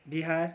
Bihar